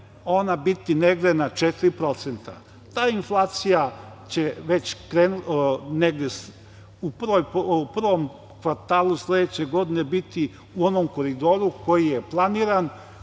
ona biti negde na 4%. Ta inflacija negde u prvom kvartalu sledeće godine će biti u onom koridoru koji je planiran,